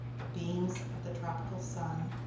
the beams of the tropical sun,